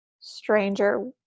stranger